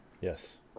Yes